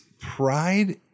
pride